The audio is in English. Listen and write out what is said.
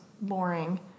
boring